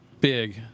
big